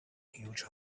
huge